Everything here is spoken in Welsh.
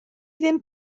ddim